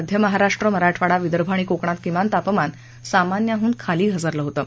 मध्य महाराष्ट्र मराठवाडा विदर्भ आणि कोकणात किमान तापमान सामान्याहून खाली घसरलं होतं